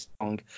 song